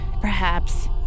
perhaps